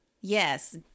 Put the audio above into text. Yes